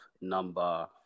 number